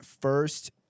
first